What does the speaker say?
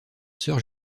sœur